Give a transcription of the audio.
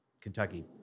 Kentucky